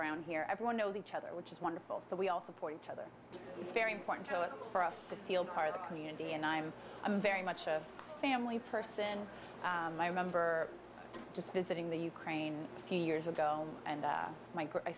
around here everyone knows each other which is wonderful so we all support each other it's very important for us to feel part of the community and i'm i'm very much a family person i remember just visiting the ukraine few years ago and